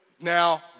now